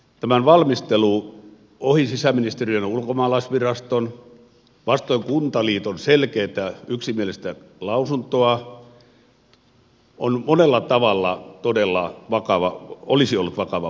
tämän valmistelu ohi sisäministeriön ja ulkomaalaisviraston vastoin kuntaliiton selkeätä yksimielistä lausuntoa olisi ollut monella tavalla todella vakava vaikutuksiltaan